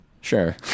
sure